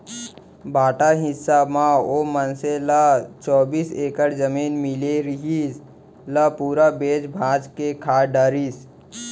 बांटा हिस्सा म ओ मनसे ल चौबीस एकड़ जमीन मिले रिहिस, ल पूरा बेंच भांज के खा डरिस